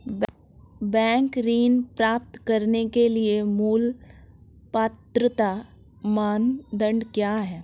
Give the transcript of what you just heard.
Bank ऋण प्राप्त करने के लिए मूल पात्रता मानदंड क्या हैं?